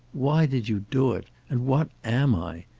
why did you do it? and what am i?